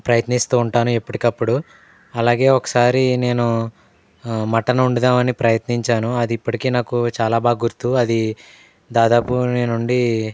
ప్రయత్నిస్తూ ఉంటాను ఎప్పటికప్పుడు అలాగే ఒకసారి నేను మటన్ వండుదామని ప్రయత్నించాను అది ఇప్పటికీ నాకు చాలా బాగా గుర్తు అది దాదాపు నేను వండి